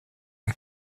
ont